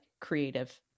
creative